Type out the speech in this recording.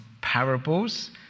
parables